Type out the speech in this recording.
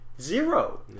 Zero